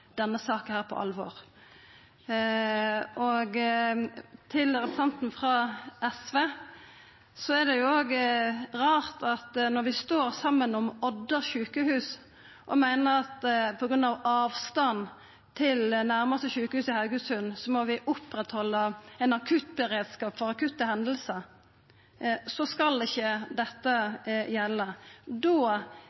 denne saka på alvor. Til representanten frå SV: Det er rart at vi står saman om Odda sjukehus og meiner at på grunn av avstanden til det nærmaste sjukehuset, i Haugesund, må vi halda oppe ein akuttberedskap for akutte hendingar, og så skal ikkje dette